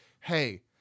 hey